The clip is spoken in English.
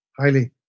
Highly